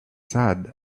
sad